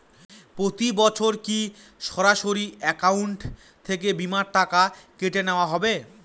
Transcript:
প্রতি বছর কি সরাসরি অ্যাকাউন্ট থেকে বীমার টাকা কেটে নেওয়া হবে?